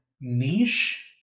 niche